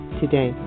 today